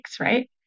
right